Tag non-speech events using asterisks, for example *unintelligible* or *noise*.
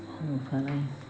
*unintelligible*